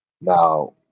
Now